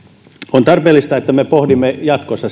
on tarpeellista että me pohdimme jatkossa